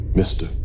mister